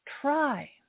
try